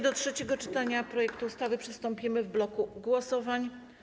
Do trzeciego czytania projektu ustawy przystąpimy w bloku głosowań.